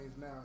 now